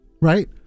Right